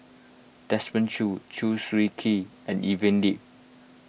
Desmond Choo Chew Swee Kee and Evelyn Lip